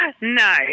No